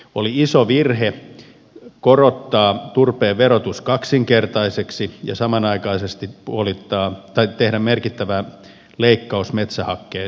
oli iso virhe korottaa turpeen verotus kaksinkertaiseksi ja samanaikaisesti tehdä merkittävä leikkaus metsähakkeen tukeen